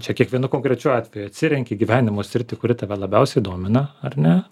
čia kiekvienu konkrečiu atveju atsirenki gyvenimo sritį kuri tave labiausiai domina ar ne